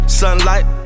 sunlight